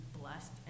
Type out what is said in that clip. blessed